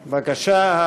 בבקשה,